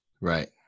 Right